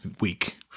week